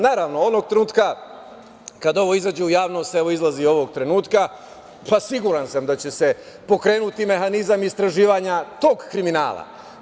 Naravno, onog trenutka kada ovo izađe u javnost, evo, izlazi ovog trenutka, siguran sam da će se pokrenuti mehanizam istraživanja tog kriminala.